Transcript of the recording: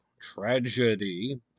Tragedy